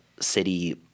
city